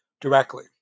directly